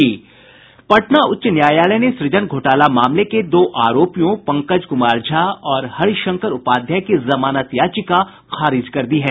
पटना उच्च न्यायालय ने सुजन घोटाला मामले के दो आरोपियों पंकज कुमार झा और हरिशंकर उपाध्याय की जमानत याचिका खारिज कर दी है